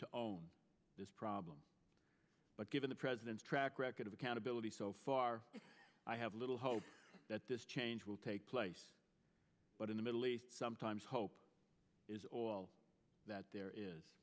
to own this problem but given the president's track record of accountability so far i have little hope that this change will take place but in the middle east sometimes hope is all that there is